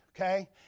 Okay